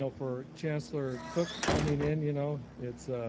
you know for chancellor cook coming in, you know it's